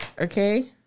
Okay